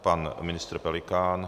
Pan ministr Pelikán?